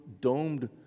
domed